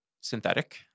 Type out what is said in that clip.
synthetic